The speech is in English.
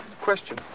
Question